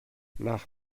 nach